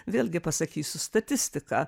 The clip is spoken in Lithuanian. vėlgi pasakysiu statistiką